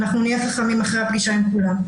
ואנחנו נהיה חכמים אחרי הפגישה עם כולן.